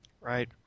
Right